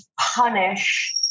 punish